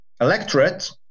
Electorate